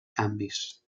canvis